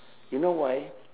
you know why